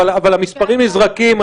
אבל המספרים נזרקים.